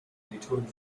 liturgie